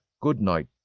good-night